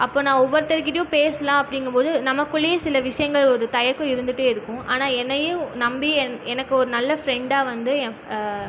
அப்போ நான் ஒவ்வொருத்தருகிட்டயும் பேசலாம் அப்படிங்கும்போது நமக்குள்ளேயே சில விஷயங்கள் ஒரு தயக்கம் இருந்துகிட்டே இருக்கும் ஆனால் என்னையும் நம்பி எனக்கும் ஒரு நல்ல பிரண்டாக வந்து எ